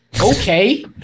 Okay